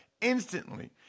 instantly